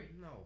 No